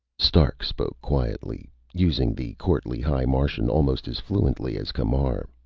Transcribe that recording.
stark spoke quietly, using the courtly high martian almost as fluently as camar.